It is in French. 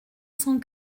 cent